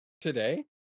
today